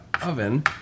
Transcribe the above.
oven